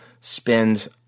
spend